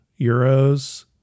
euros